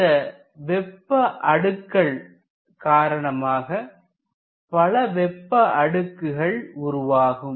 இந்த வெப்ப அடுக்கல் காரணமாக பல வெப்ப அடுக்குகள் உருவாகும்